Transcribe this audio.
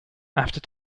after